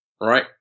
Right